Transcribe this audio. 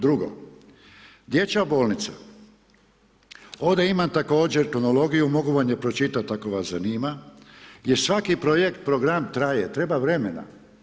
Drugo, dječja bolnica, ovdje imam također kronologiju, mogu vam je pročitati, ako vas zanima, gdje svaki projekt, program traje, treba vremena.